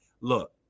look